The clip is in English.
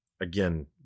Again